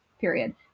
period